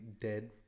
dead